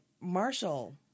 Marshall